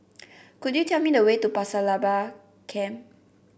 could you tell me the way to Pasir Laba Camp